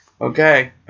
Okay